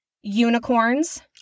unicorns